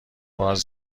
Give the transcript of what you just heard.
باز